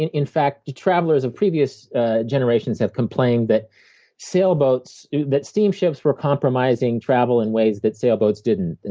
in in fact, the travelers of previous generations have complained that sailboats that steamships were compromising travel in ways that sailboats didn't.